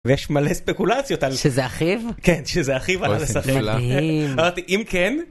ויש מלא ספקולציות על שזה אחיו כן שזה אחיו (...) אמרתי, אם כן.